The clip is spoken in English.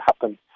happen